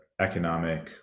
Economic